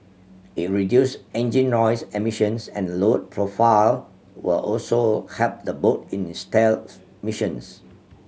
it reduced engine noise emissions and lowered profile will also help the boat in stealth missions